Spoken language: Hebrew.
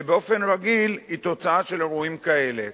שבאופן רגיל היא תוצאה של אירועים כאלה.